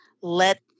let